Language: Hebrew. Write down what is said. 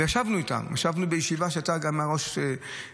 וישבנו איתם, ישבנו בישיבה שהייתה גם עם ראש את"ל.